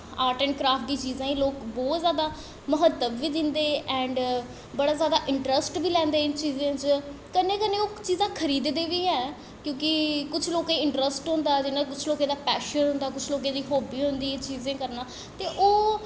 art and craft दियां एह् चीज़ां बौह्त लोग म्हत्तव बी दिंदे ऐंड़ बड़े जैदा इंट्रस्ट बी लैंदे इ'नें चीजें च कन्नै कन्नै ओह् चीज़ां खरीददे बी ऐ क्योंकि कुछ लोकें गी इंट्रस्ट होंदा एह्दै कन्नै कुछ लोकें गी पैशन होंदा कुछ लोकें दी हॉब्बी होंदी इन्न चीजें कन्नै ते ओह्